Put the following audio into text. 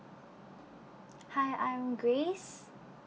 hi I'm grace